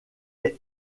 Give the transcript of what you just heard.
est